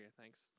thanks